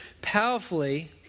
powerfully